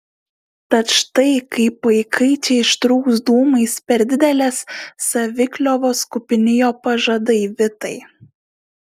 tad štai kaip paikai čia išrūks dūmais per didelės savikliovos kupini jo pažadai vitai